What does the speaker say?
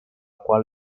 qual